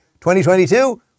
2022